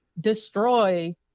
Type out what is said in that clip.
destroy